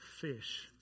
fish